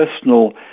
personal